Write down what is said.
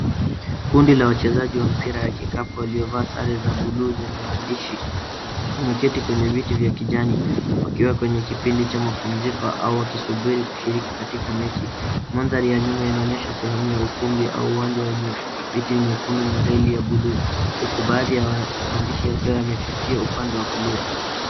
Kundi la wachezaji wa mpira ya kikapu waliovaa sare za buluu zenye maandishi, "umeketi kwenye viti vya kijani". Wakiwa kwenye kipindi cha mapumziko au wakisubiri kushiriki katika mechi. Mandhari ya nyuma yanaonyesha sehemu wa ukumbi au uwanja wenye viti nyekundu na reli ya buluu. Huku baadhi ya maandishi yakiwa yamefifia upande wa kulia.